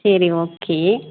சரி ஓகே